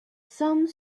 some